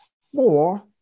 four